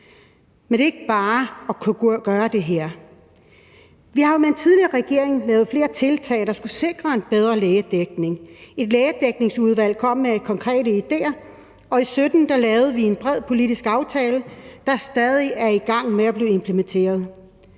Men det er ikke bare lige at gøre det her. Vi har jo med en tidligere regering lavet flere tiltag, der skulle sikre en bedre lægedækning – et lægedækningsudvalg kom med konkrete ideer, og i 2017 lavede vi en bred politisk aftale, der stadig er ved at blive implementeret.